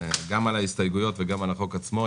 גם על ההסתייגויות וגם על החוק עצמו.